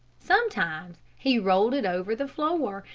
sometimes he rolled it over the floor,